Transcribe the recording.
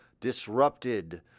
disrupted